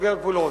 שסוגר גבולות.